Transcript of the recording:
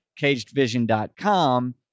cagedvision.com